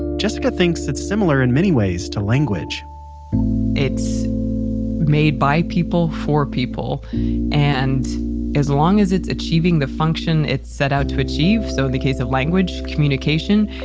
jessica thinks it's similar in many ways to language it's made by people for people and as long as it's achieving the functions its set out to achieve, so in the case of language, communication,